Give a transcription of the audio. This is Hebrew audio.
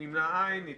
5 נגד, 7 לא אושרה.